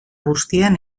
guztien